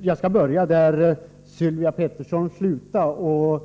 Jag skall börja där Sylvia Pettersson slutade.